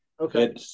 Okay